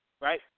right